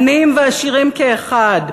עניים ועשירים כאחד.